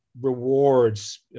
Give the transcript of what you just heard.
rewards